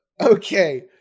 Okay